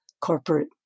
corporate